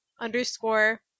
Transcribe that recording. underscore